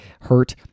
hurt